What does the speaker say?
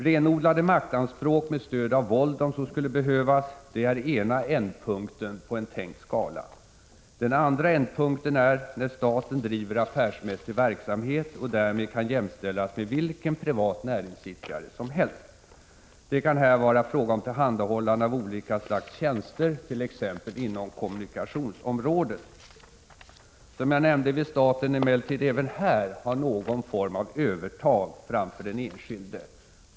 Renodlade maktspråk med stöd av våld om så skulle behövas, det är ena ändpunkten på en tänkt skala. Den andra ändpunkten är, när staten driver affärsmässig verksamhet och därmed kan jämställas med vilken privat näringsidkare som helst. Det kan här vara fråga om tillhandahållande av olika slags tjänster, t.ex. inom kommunikationsområdet. Som jag nämnde vill staten emellertid även här ha någon form av övertag framför den enskilde.